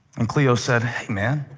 and cleo said, hey, man,